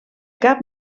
cap